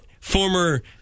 former